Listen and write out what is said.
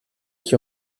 qui